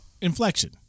Inflection